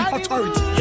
Authority